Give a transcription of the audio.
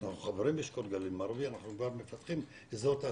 אנחנו חברים באשכול גליל מערבי,